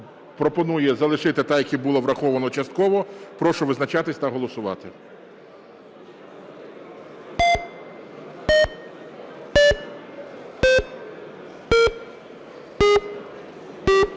пропонує залишити так, які і було – врахована частково. Прошу визначатись та голосувати.